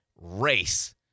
race